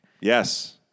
Yes